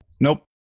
Nope